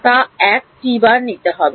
তা এক নিতে হবে